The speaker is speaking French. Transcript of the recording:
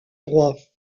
droit